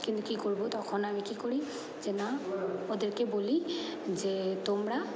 কিন্তু কি করবো তখন আমি কি করি যে না ওদেরকে বলি যে তোমরা